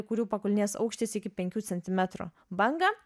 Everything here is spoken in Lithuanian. kurių pakulnės aukštis iki penkių centimetrų bangą